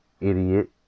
idiot